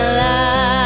love